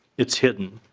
it's hidden.